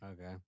Okay